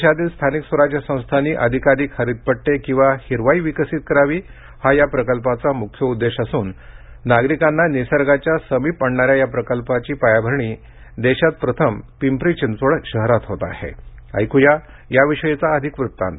देशातील स्थानिक स्वराज्य संस्थांनी अधिकाधिक हरीत पट्टे किंवा हिरवाई विकसित करावी हा या प्रकल्पाचा मुख्य उद्देश असून नागरीकांना निसर्गाच्या समीप आणणा या या प्रकल्पाची पायाभरणी देशात प्रथम पिंपरी चिचंवड शहरात होत आहे ऐकुया याविषयीचा अधिक वुत्तांत